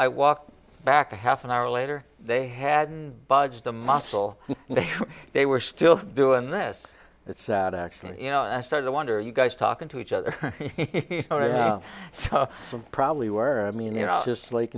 i walk back a half an hour later they hadn't budged a muscle and they were still doing this it's not actually you know i started to wonder you guys talking to each other probably were i mean you know just like